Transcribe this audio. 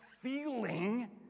feeling